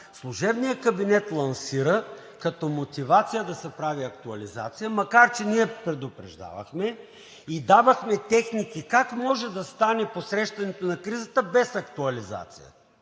служебният кабинет лансира като мотивация да се прави актуализация, макар че ние предупреждавахме и давахме техники как може да стане посрещането на кризата без актуализация,